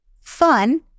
fun